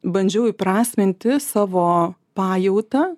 bandžiau įprasminti savo pajautą